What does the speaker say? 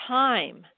time